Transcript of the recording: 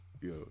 yo